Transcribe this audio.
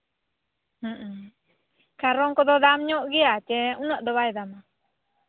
ᱦᱮᱸ ᱮᱱᱠᱷᱟᱱ ᱨᱚᱝ ᱠᱚᱫᱚ ᱫᱟᱢ ᱧᱚᱜ ᱜᱮᱭᱟ ᱪᱮ ᱩᱱᱟᱹᱜ ᱫᱚ ᱵᱟᱭ ᱧᱟᱢᱟ